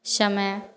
समय